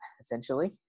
essentially